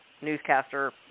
newscaster